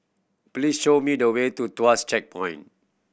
please show me the way to Tuas Checkpoint